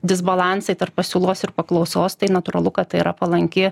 disbalansai tarp pasiūlos ir paklausos tai natūralu kad tai yra palanki